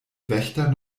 wächter